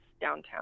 downtown